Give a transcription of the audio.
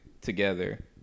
together